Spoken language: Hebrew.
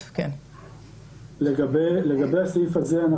לגבי הסעיף הזה,